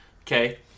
Okay